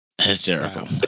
Hysterical